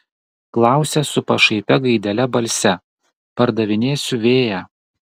klausia su pašaipia gaidele balse pardavinėsiu vėją